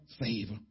favor